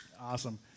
Awesome